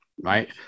right